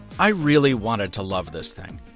i really wanted to love this thing.